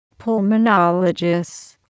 pulmonologists